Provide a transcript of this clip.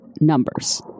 numbers